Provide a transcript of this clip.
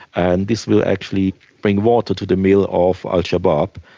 and this will actually bring water to the mill of al-shabaab,